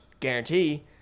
guarantee